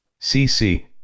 CC